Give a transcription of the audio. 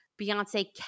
Beyonce